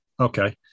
Okay